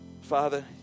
Father